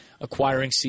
acquiring